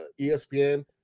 ESPN